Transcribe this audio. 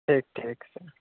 ٹھیک ٹھیک سر